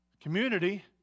Community